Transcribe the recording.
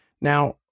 Now